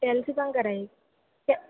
कॅल्सी पण करा एक